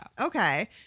okay